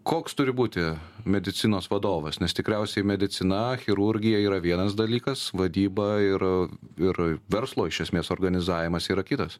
koks turi būti medicinos vadovas nes tikriausiai medicina chirurgija yra vienas dalykas vadyba yra ir verslo iš esmės organizavimas yra kitas